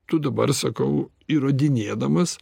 tu dabar sakau įrodinėdamas